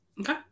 okay